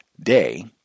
day